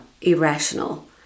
irrational